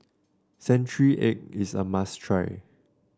Century Egg is a must try